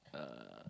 uh